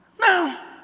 Now